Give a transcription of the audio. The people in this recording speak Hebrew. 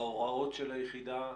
בהוראות של היחידה?